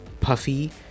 puffy